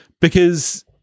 Because-